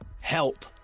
Help